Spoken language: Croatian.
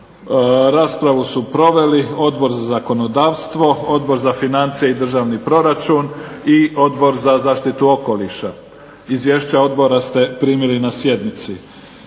Raspravu su proveli Odbor za zakonodavstvo, Odbor za financije i državni proračun i Odbor za zaštitu okoliša. Izvješća odbora ste primili na sjednici.